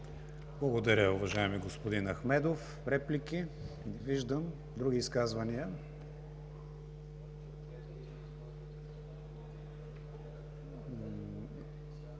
Благодаря, уважаеми господин Ахмедов. Реплики? Не виждам. Други изказвания?